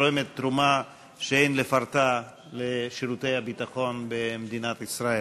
שתורמת תרומה שאין לפרטה לשירותי הביטחון במדינת ישראל.